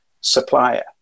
supplier